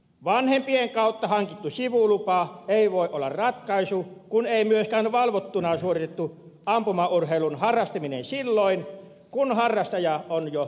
vanhempien kautta hankittu sivulupa ei voi olla ratkaisu kun ei myöskään valvottuna suoritettu ampumaurheilun harrastaminen silloin kun harrastaja on jo täysi ikäinen